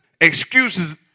Excuses